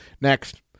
next